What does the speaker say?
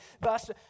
Thus